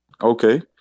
Okay